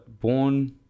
born